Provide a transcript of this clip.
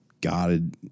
God